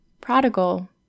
Prodigal